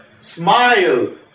smile